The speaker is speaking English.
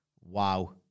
wow